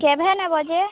କେଭେ ନେବ ଯେ